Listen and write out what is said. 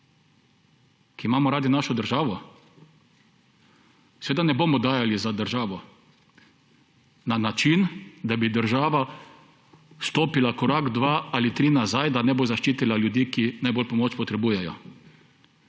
ki imamo radi našo državo, seveda ne bomo dajali za državo na način, da bi država stopila korak, dva ali tri nazaj, da ne bo zaščitila ljudi, ki pomoč najbolj potrebujejo.